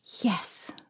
Yes